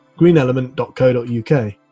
greenelement.co.uk